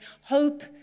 hope